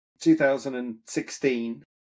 2016